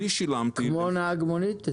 את אותו תשלום כמו נהג מונית?